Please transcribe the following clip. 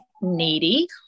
needy